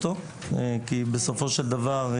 כי בסופו של דבר,